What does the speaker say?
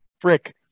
frick